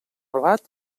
blat